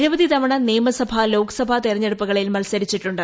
നിരുവധി തവണ നിയമസഭ ലോകസഭാ തെരഞ്ഞെടുപ്പുകളിൽ മത്സരിച്ചിട്ടുണ്ട്